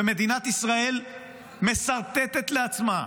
ומדינת ישראל מסרטטת לעצמה,